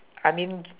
I mean